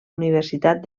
universitat